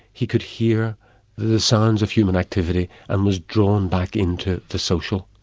he could hear the sounds of human activity and was drawn back into the social,